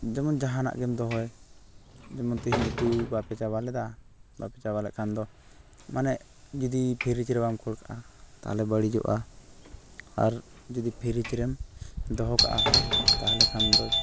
ᱡᱮᱢᱚᱱ ᱡᱟᱦᱟᱱᱟᱜ ᱜᱮᱢ ᱫᱚᱦᱚᱭ ᱡᱮᱢᱚᱱ ᱛᱤᱦᱤᱧ ᱩᱛᱩ ᱵᱟᱯᱮ ᱪᱟᱵᱟ ᱞᱮᱫᱟ ᱵᱟᱯᱮ ᱪᱟᱵᱟ ᱞᱮᱜᱠᱷᱟᱱ ᱫᱚ ᱢᱟᱱᱮ ᱡᱩᱫᱤ ᱯᱷᱤᱨᱤᱡᱽ ᱨᱮ ᱵᱟᱢ ᱠᱷᱳᱲ ᱠᱟᱜᱼᱟ ᱛᱟᱦᱚᱞᱮ ᱵᱟᱹᱲᱤᱡᱚᱜᱼᱟ ᱟᱨ ᱡᱩᱫᱤ ᱯᱷᱤᱨᱤᱡᱽ ᱨᱮᱢ ᱫᱚᱦᱚ ᱠᱟᱜᱼᱟ ᱛᱟᱦᱚᱞᱮ ᱠᱷᱟᱱ ᱫᱚ